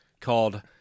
called